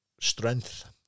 Strength